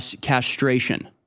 castration